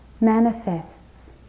manifests